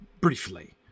briefly